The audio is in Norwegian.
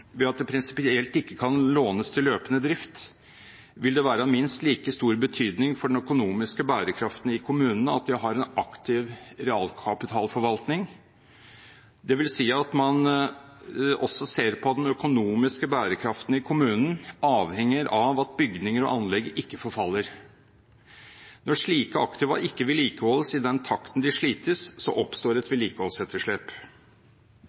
ved at det prinsipielt ikke kan lånes til løpende drift, vil det være av minst like stor betydning for den økonomiske bærekraften i kommunen at de har en aktiv realkapitalforvaltning. Det vil si at man også ser at den økonomiske bærekraften i kommunen avhenger av at bygninger og anlegg ikke forfaller. Når slike aktiva ikke vedlikeholdes i den takten de slites, oppstår et vedlikeholdsetterslep.